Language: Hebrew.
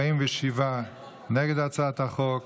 47 נגד הצעת החוק.